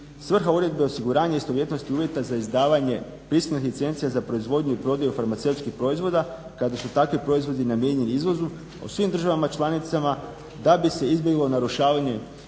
Svrha uredbe je osiguranje istovjetnosti uvjeta za izdavanje … licencija za proizvodnju i … farmaceutskih proizvoda kada su takvi proizvodi namijenjeni izvozu u svim državama članicama da bi se izbjeglo narušavanje